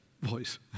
voice